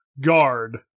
Guard